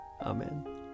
Amen